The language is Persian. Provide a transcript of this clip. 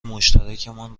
مشترکمان